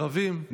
ערבים.